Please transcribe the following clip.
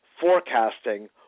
forecasting